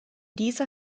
dieser